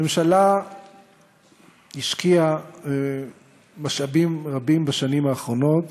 הממשלה השקיעה משאבים רבים בשנים האחרונות